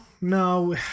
no